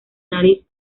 nariz